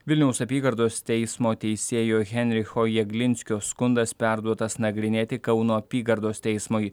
vilniaus apygardos teismo teisėjo henricho jaglinskio skundas perduotas nagrinėti kauno apygardos teismui